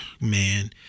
man